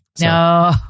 No